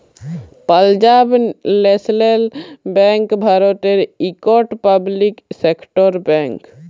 Punjab national bank ভারতের ইকট public sector bank